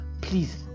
please